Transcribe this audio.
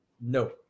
no